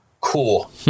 cool